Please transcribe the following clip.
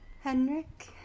Henrik